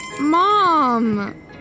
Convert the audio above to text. Mom